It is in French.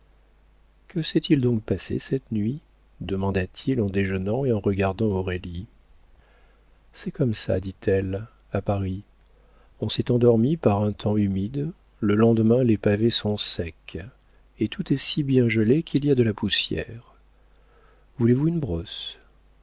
que s'est-il donc passé cette nuit demanda-t-il en déjeunant et regardant aurélie c'est comme ça dit-elle à paris on s'est endormi par un temps humide le lendemain les pavés sont secs et tout est si bien gelé qu'il y de la poussière voulez-vous une brosse